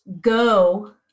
go